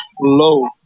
low